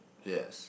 yes